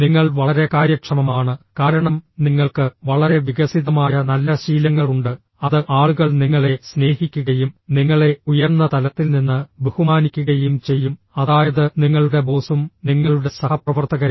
നിങ്ങൾ വളരെ കാര്യക്ഷമമാണ് കാരണം നിങ്ങൾക്ക് വളരെ വികസിതമായ നല്ല ശീലങ്ങളുണ്ട് അത് ആളുകൾ നിങ്ങളെ സ്നേഹിക്കുകയും നിങ്ങളെ ഉയർന്ന തലത്തിൽ നിന്ന് ബഹുമാനിക്കുകയും ചെയ്യും അതായത് നിങ്ങളുടെ ബോസും നിങ്ങളുടെ സഹപ്രവർത്തകരും